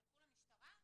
לכו למשטרה.